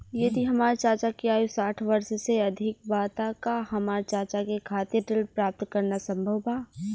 यदि हमार चाचा के आयु साठ वर्ष से अधिक बा त का हमार चाचा के खातिर ऋण प्राप्त करना संभव बा?